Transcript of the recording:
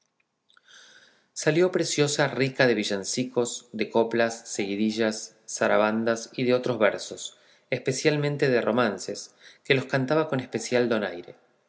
salió preciosa rica de villancicos de coplas seguidillas y zarabandas y de otros versos especialmente de romances que los cantaba con especial donaire